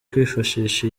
kwifashisha